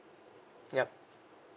yup